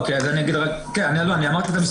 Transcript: אני אמרתי את המספרים.